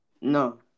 No